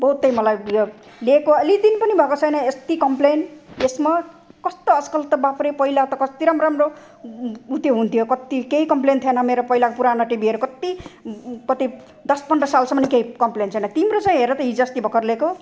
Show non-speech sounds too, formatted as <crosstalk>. बहुतै मलाई <unintelligible> लिएको अलिक दिन पनि भएको छैन यति कमप्लेन यसमा कस्तो आजकल त बाफरे पहिला त कति राम्रो राम्रो ऊ त्यो हुन्थ्यो कत्ति केही कमप्लेन थिएन मेरो पहिला पुरानो टिभीहरू कत्ति कति दस पन्ध्र सालसम्म केही कमप्लेन छैन तिम्रो चाहिँ हेर त हिजो अस्ति भर्खर लिएकोे